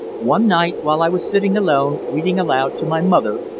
one night, while i was sitting alone reading aloud to my mother,